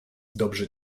dobrze